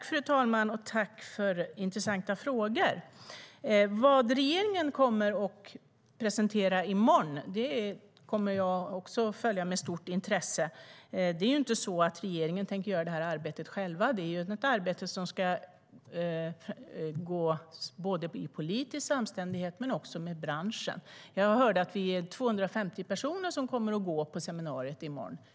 Fru talman! Tack för intressanta frågor! Vad regeringen kommer att presentera i morgon kommer även jag att följa med stort intresse. Det är ju inte så att regeringen tänker göra det här arbetet själv, utan det är ett arbete som ska gå i samstämmighet både med branschen och politiskt. Jag hörde att vi är 250 personer som kommer att gå på seminariet i morgon.